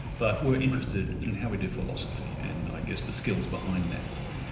but we're interested in how we do philosophy, and i guess the skills behind that.